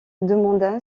demanda